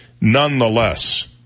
nonetheless